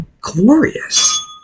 glorious